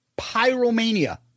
Pyromania